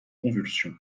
convulsions